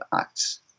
acts